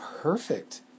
perfect